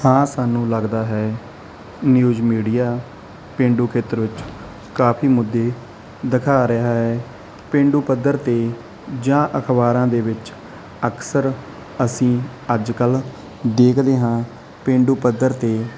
ਹਾਂ ਸਾਨੂੰ ਲੱਗਦਾ ਹੈ ਨਿਊਜ਼ ਮੀਡੀਆ ਪੇਂਡੂ ਖੇਤਰ ਵਿੱਚ ਕਾਫੀ ਮੁੱਦੇ ਦਿਖਾ ਰਿਹਾ ਹੈ ਪੇਂਡੂ ਪੱਧਰ ਤੇ ਜਾਂ ਅਖਬਾਰਾਂ ਦੇ ਵਿੱਚ ਅਕਸਰ ਅਸੀਂ ਅੱਜ ਕੱਲ ਦੇਖਦੇ ਹਾਂ ਪੇਂਡੂ ਪੱਧਰ ਤੇ